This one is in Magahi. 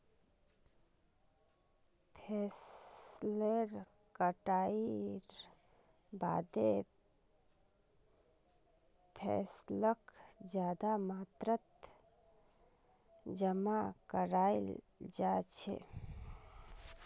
फसलेर कटाईर बादे फैसलक ज्यादा मात्रात जमा कियाल जा छे